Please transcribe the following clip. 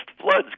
floods